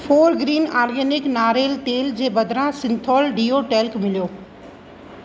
Fourgreen organic नारेलु तेलु जे बदिरां सिंथोल डीओ टेल्क मिलियो